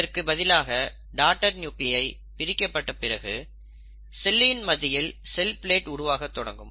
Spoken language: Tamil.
இதற்கு பதிலாக டாடர் நியூகிளியை பிரிக்கப்பட்ட பிறகு செல்லின் மத்தியில் செல் பிளேட் உருவாகத் தொடங்கும்